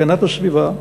הגנת הסביבה,